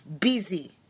busy